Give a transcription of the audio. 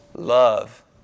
Love